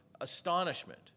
astonishment